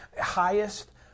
Highest